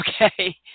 okay